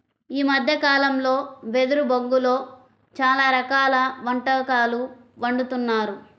ఈ మద్దె కాలంలో వెదురు బొంగులో చాలా రకాల వంటకాలు వండుతున్నారు